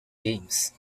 games